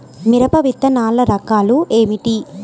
మిరప విత్తనాల రకాలు ఏమిటి?